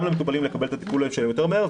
למטופלים לקבל את הטיפול שלהם יותר מהר,